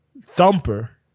thumper